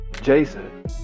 Jason